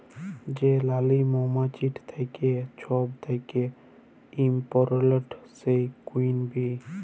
যে রালী মমাছিট থ্যাকে ছব থ্যাকে ইমপরট্যাল্ট, সেট কুইল বী